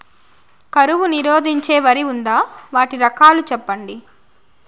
కరువు నిరోధించే వరి ఉందా? వాటి రకాలు చెప్పండి?